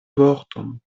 vorton